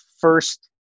first